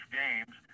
games